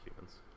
humans